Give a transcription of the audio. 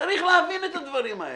צריך להבין את הדברים האלה.